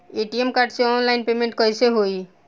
ATM card से online payment कैसे होई?